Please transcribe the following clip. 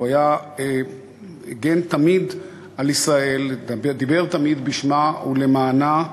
הוא הגן תמיד על ישראל, דיבר תמיד בשמה ולמענה,